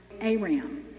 Aram